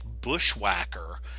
bushwhacker